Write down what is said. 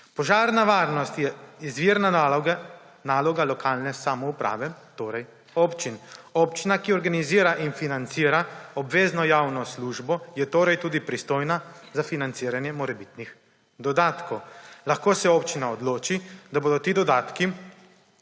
Požarna varnost je izvirna naloga lokalne samouprave, torej občin. Občina, ki organizira in financira obvezno javno službo, je torej tudi pristojna za financiranje morebitnih dodatkov. Lahko se občina odloči, da bodo ti dodatki